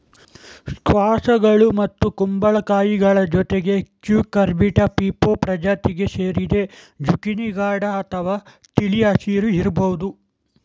ಸ್ಕ್ವಾಷ್ಗಳು ಮತ್ತು ಕುಂಬಳಕಾಯಿಗಳ ಜೊತೆಗೆ ಕ್ಯೂಕರ್ಬಿಟಾ ಪೀಪೊ ಪ್ರಜಾತಿಗೆ ಸೇರಿದೆ ಜುಕೀನಿ ಗಾಢ ಅಥವಾ ತಿಳಿ ಹಸಿರು ಇರ್ಬೋದು